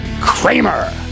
Kramer